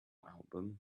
album